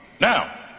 Now